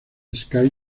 sky